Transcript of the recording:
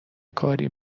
کاری